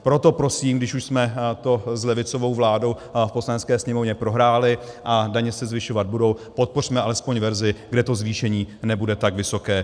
Proto prosím, když už jsme to s levicovou vládou v Poslanecké sněmovně prohráli a daně se zvyšovat budou, podpořme alespoň verzi, kde to zvýšení nebude tak vysoké.